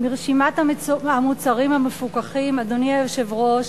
מרשימת המוצרים המפוקחים, אדוני היושב-ראש,